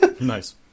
Nice